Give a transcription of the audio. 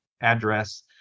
address